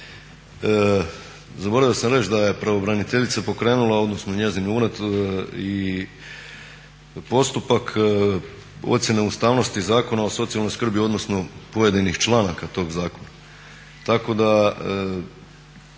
Zaboravio sam reći da je pravobraniteljica pokrenula, odnosno njezin ured i postupak ocjene ustavnosti Zakona o socijalnoj skrbi odnosno pojedinih članaka tog zakona.